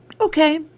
Okay